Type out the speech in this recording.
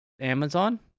amazon